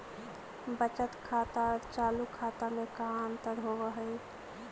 बचत खाता और चालु खाता में का अंतर होव हइ?